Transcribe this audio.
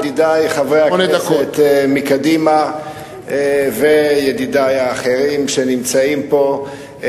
ידידי חברי הכנסת מקדימה וידידי האחרים שנמצאים פה,